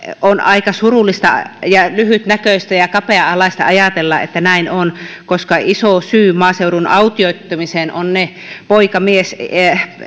on aika surullista ja lyhytnäköistä ja kapea alaista ajatella että näin on koska iso syy maaseudun autioitumiseen ovat ne poikamiesisännät